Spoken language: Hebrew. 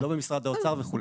לא במשרד האוצר וכו'.